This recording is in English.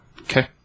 Okay